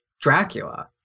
Dracula